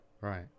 Right